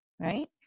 Right